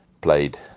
played